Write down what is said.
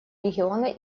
региона